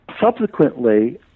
subsequently